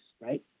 right